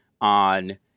on